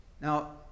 Now